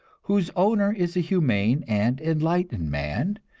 whose owner is a humane and enlightened man,